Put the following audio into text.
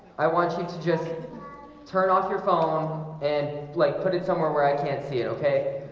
i want you to just turn off your phone and like put it somewhere where i can't see it okay,